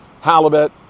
Halibut